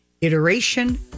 iteration